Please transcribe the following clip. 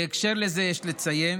בהקשר לזה יש לציין